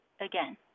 again